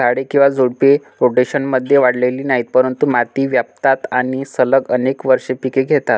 झाडे किंवा झुडपे, रोटेशनमध्ये वाढलेली नाहीत, परंतु माती व्यापतात आणि सलग अनेक वर्षे पिके घेतात